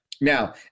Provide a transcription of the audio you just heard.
Now